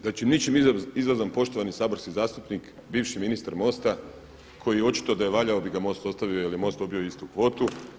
Znači ničim izazvan poštovani saborski zastupnik bivši ministar MOST-a koji očito da je valjao bi ga MOST ostavio jer je MOST dobio istu kvotu.